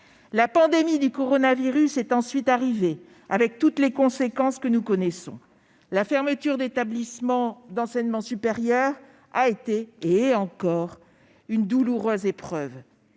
La pandémie de coronavirus est ensuite arrivée, avec toutes les conséquences que nous connaissons. La fermeture des établissements d'enseignement supérieur a été et est encore une douloureuse épreuve.